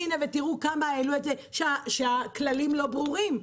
הינה, תראו כמה העלו את זה שהכללים לא ברורים.